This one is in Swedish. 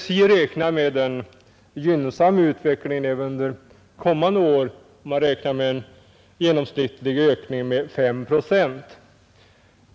SJ räknar med en gynnsam utveckling även under kommande år, i genomsnitt 5 procent.